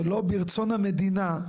שלא ברצון המדינה,